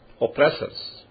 oppressors